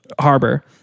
harbor